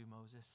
Moses